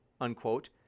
unquote